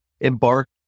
embark